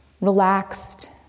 relaxed